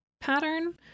pattern